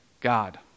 God